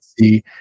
see